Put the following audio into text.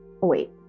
Wait